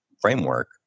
framework